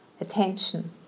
attention